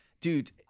Dude